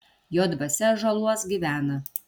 jo dvasia ąžuoluos gyvena